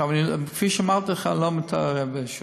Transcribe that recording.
כפי שאמרתי לך, אני לא מתערב באישור.